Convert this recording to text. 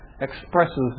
expresses